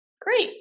Great